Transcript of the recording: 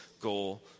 goal